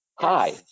Hi